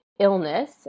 Illness